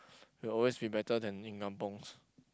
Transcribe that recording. will always be better than in kampungs